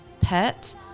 pet